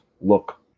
look